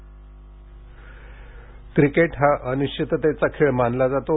cricket cricket हा अनिश्विततेचा खेळ मानला जातो